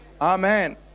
amen